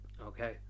Okay